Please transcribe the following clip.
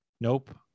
Nope